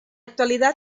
actualidad